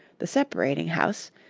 the separating-house,